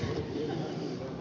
jaaha